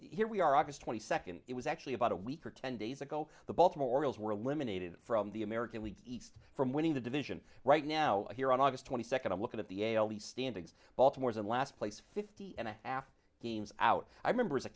here we are august twenty second it was actually about a week or ten days ago the baltimore orioles were eliminated from the american league east from winning the division right now here on august twenty second i'm looking at the ale the standings baltimore is in last place fifty and a half games out i remember as a